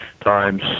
times